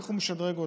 איך הוא משדרג אותם.